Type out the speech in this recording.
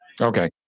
Okay